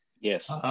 Yes